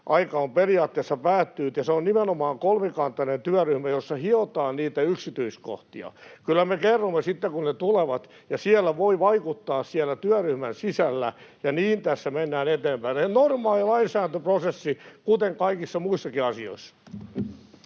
aika on periaatteessa päättynyt, ja se on nimenomaan kolmikantainen työryhmä, jossa hiotaan niitä yksityiskohtia. Kyllä me kerromme sitten, kun ne tulevat, ja siellä työryhmän sisällä voi vaikuttaa, ja niin tässä mennään eteenpäin. Ihan normaali lainsäädäntöprosessi, kuten kaikissa muissakin asioissa.